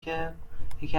که، یکی